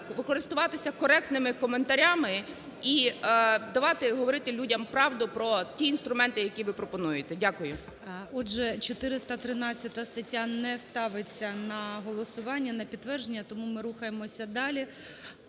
користуватися коректними коментарями і давати, і говорити людям правду про ті інструменти, які ви пропонуєте. Дякую. ГОЛОВУЮЧИЙ. Отже, 413 стаття не ставить на голосування, на підтвердження, тому ми рухаємося далі.